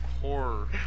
Horror